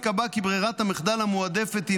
ייקבע כי ברירת המחדל המועדפת היא